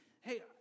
Hey